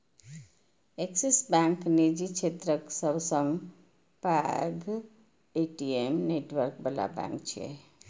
Axis bank निजी क्षेत्रक सबसं पैघ ए.टी.एम नेटवर्क बला बैंक छियै